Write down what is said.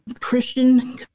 christian